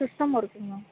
system ஒர்க்குங்க ma'am